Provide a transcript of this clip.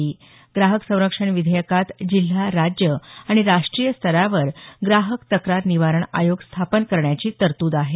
ग्राहक संरक्षण विधेयकात जिल्हा राज्य आणि राष्ट्रीय स्तरावर ग्राहक तक्रार निवारण आयोग स्थापन करण्याची तरतूद आहे